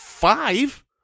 five